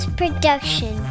production